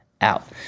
out